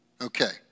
okay